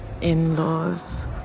in-laws